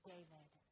David